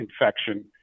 infection